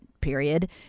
period